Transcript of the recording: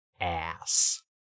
ass